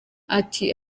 ati